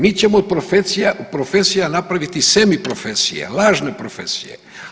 Mi ćemo od profesija napraviti semi profesije, lažne profesije.